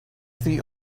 the